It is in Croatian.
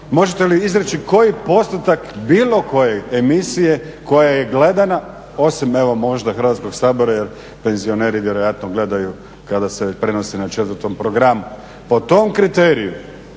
Možete li izreći koji postotak bilo koje emisije koja je gledana, osim evo možda Hrvatskog sabora jer penzioneri vjerojatno gledaju kada se prenose na 4. programu. Po tom kriteriju,